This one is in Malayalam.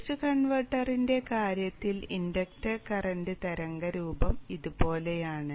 BOOST കൺവെർട്ടറിന്റെ കാര്യത്തിൽ ഇൻഡക്റ്റർ കറന്റ് തരംഗരൂപം ഇതുപോലെയാണ്